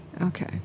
okay